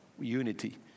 unity